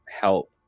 help